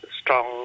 strong